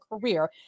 career